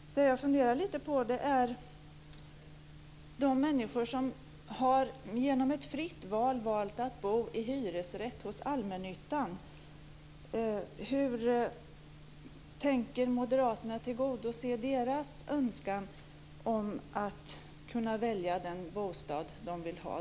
Men jag funderar lite på de människor som genom ett fritt val har valt att bo i hyresrätt hos allmännyttan. Hur tänker Moderaterna tillgodose deras önskan om att kunna välja den bostad som de vill ha?